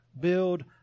Build